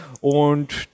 und